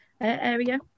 area